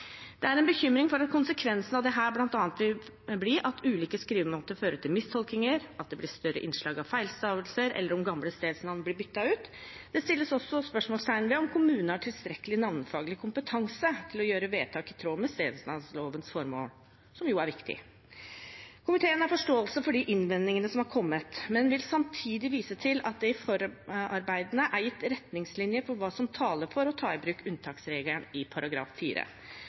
Det er bekymring for at konsekvensen av dette bl.a. vil bli at ulike skrivemåter fører til mistolkinger, at det blir større innslag av feilstavelser eller at gamle stedsnavn blir byttet ut. Det settes også spørsmålstegn ved om kommunene har tilstrekkelig navnefaglig kompetanse til å fatte vedtak i tråd med stedsnavnlovens formål, som jo er viktig. Komiteen har forståelse for de innvendingene som har kommet, men vil samtidig vise til at det i forarbeidene er gitt retningslinjer for hva som taler for å ta i bruk unntaksregelen i